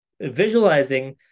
visualizing